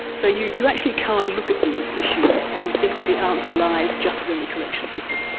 so you you actually can't look at these issues and think that the answer lies just within the corrections system.